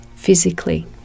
Physically